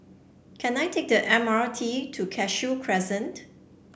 can I take the M R T to Cashew Crescent